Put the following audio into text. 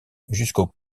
jusqu’aux